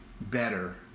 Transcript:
better